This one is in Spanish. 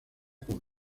con